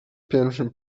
pierwszy